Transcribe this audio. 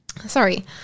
Sorry